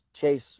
chase